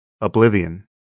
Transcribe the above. oblivion